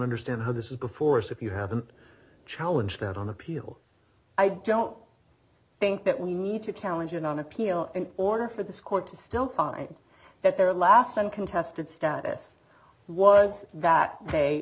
understand how this is before so if you have a challenge that on appeal i don't think that we need to challenge it on appeal in order for this court to still find that their last uncontested status was that they